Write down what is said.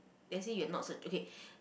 let's say you are not se~ okay